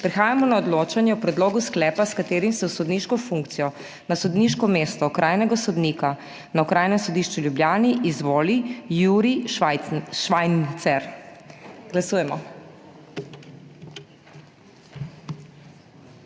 Prehajamo na odločanje o predlogu sklepa, s katerim se v sodniško funkcijo na sodniško mesto okrajne sodnice na Okrajnem sodišču v Ljubljani izvoli Eva Paulini. Glasujemo.